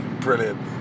Brilliant